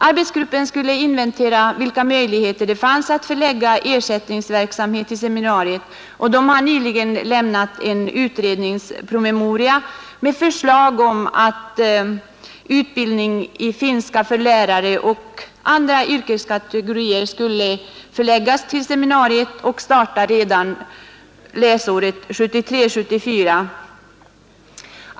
Arbetsgruppen, som skulle inventera möjligheterna att förlägga ersättningsverksamhet till seminariet, har nyligen avlämnat en promemoria med förslag om att utbildning i finska språket för lärare och andra yrkeskategorier skulle förläggas till seminariet och att utbildningen skulle starta redan läsåret 1973/74.